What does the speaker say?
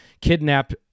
kidnap